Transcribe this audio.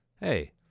Hey